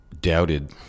doubted